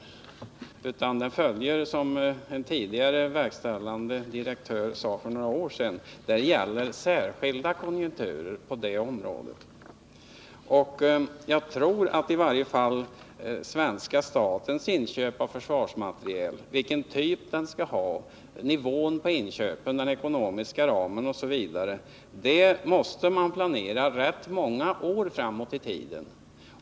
På det området gäller, som en tidigare verkställande direktör sade för några år sedan, särskilda konjunkturer. Jag tror att i varje fall svenska statens inköp av försvarsmateriel — typen av materiel, nivån på inköpen, den ekonomiska ramen osv. — måste planeras rätt många år framåt i tiden.